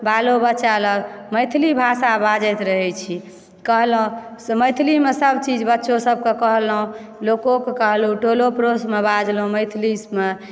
बालो बच्चा लग मैथिली भाषा बाजैत रहैत छी कहलहुँ जे मैथिलीमे सभ चीज बच्चो सभके कहलहुँ लोकोके कहलहुँ टोलो पड़ोसमे बाजलहुँ मैथिलीमे